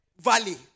valley